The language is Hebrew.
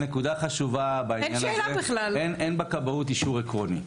נקודה חשובה בעניין הזה: אין בכבאות אישור עקרוני.